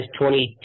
22